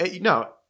No